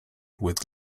with